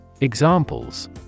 Examples